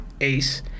Ace